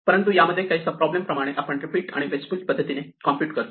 परंतु यामध्ये काही सब प्रॉब्लेम प्रमाणे आपण रिपीट आणि वेस्टफूल पद्धतीने कॉम्प्युट करतो